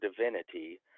divinity